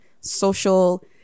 social